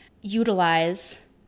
utilize